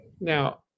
Now